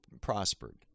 prospered